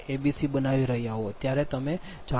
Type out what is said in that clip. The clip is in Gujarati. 4 0